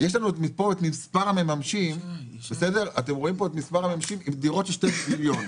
פה אתם רואים את מספר המממשים עם דירות של שני מיליון.